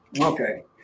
okay